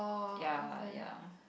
ya ya